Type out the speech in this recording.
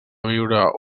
viure